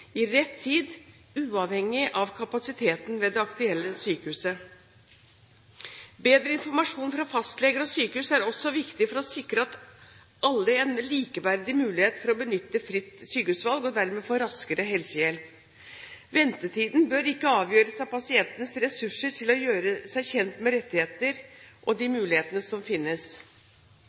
i rett tid, uavhengig av kapasiteten ved det aktuelle sykehuset. Bedre informasjon fra fastleger og sykehus er også viktig for å sikre alle en likeverdig mulighet til å benytte fritt sykehusvalg – og dermed få raskere helsehjelp. Ventetiden bør ikke avgjøres av pasientenes ressurser til å gjøre seg kjent med de rettigheter og muligheter som finnes.